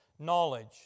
Knowledge